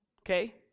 Okay